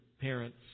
parents